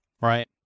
right